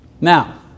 Now